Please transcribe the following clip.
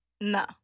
No